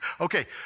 Okay